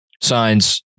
signs